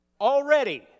already